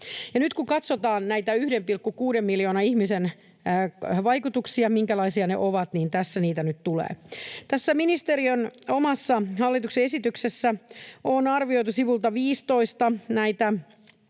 nyt kun katsotaan näitä 1,6 miljoonan ihmisen vaikutuksia, minkälaisia ne ovat, niin tässä niitä nyt tulee: Tässä ministeriön omassa hallituksen esityksessä on arvioitu sivulta 15